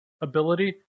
ability